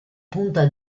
punta